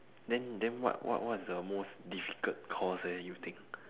then then what what what's the most difficult course eh you think